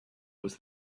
was